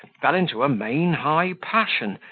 fell into a main high passion,